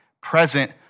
present